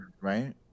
right